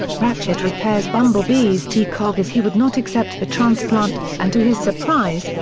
ratchet repairs bumblebee's t-cog as he would not accept the transplant, and to his surprise,